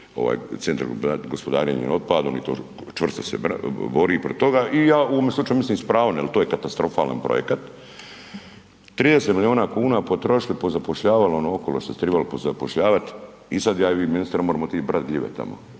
centra za gospodarenje otpadom i to čvrsto se bori protiv toga i ja u ovom slučaju mislim s pravom, jel to je katastrofalan projekata. 30 milijuna kuna potrošili, pozapošljavali ono okolo što se tribalo pozapošljavati i sada ja vi ministre možemo otići brati gljive tamo.